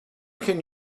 can